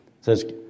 says